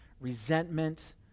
resentment